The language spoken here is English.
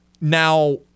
Now